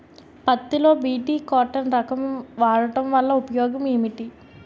పత్తి లో BT cotton రకం వాడకం వల్ల ఉపయోగం ఏమిటి?